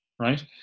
right